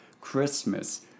Christmas